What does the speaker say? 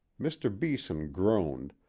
mr. beeson groaned,